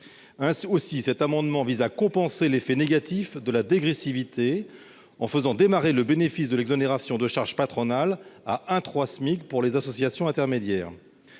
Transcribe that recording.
SMIC. Cet amendement vise donc à compenser l'effet négatif de la dégressivité en faisant commencer le bénéfice de l'exonération de charges patronales à 1,3 fois le SMIC pour les associations intermédiaires.